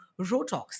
Rotox